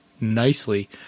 nicely